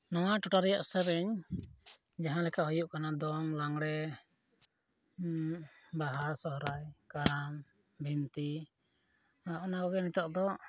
ᱱᱚᱣᱟ ᱴᱚᱴᱷᱟ ᱨᱮᱭᱟᱜ ᱥᱮᱨᱮᱧ ᱡᱟᱦᱟᱸ ᱞᱮᱠᱟ ᱦᱩᱭᱩᱜ ᱠᱟᱱᱟ ᱫᱚᱝ ᱞᱟᱜᱽᱬᱮ ᱵᱟᱦᱟ ᱥᱚᱦᱚᱨᱟᱭ ᱠᱟᱨᱟᱢ ᱵᱤᱱᱛᱤ ᱟᱨ ᱚᱱᱟ ᱠᱚᱜᱮ ᱱᱤᱛᱳᱜ ᱫᱚ